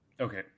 Okay